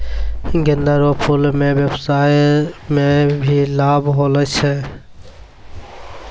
गेंदा रो फूल से व्यबसाय मे भी लाब होलो छै